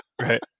right